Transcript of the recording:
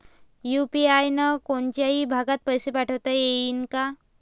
UPI न कोनच्याही भागात पैसे पाठवता येईन का?